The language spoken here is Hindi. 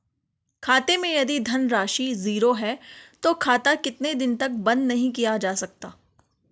खाते मैं यदि धन राशि ज़ीरो है तो खाता कितने दिन तक बंद नहीं किया जा सकता?